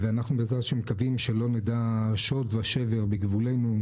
אנחנו מקווים שלא נדע שוד ושבר בגבולנו.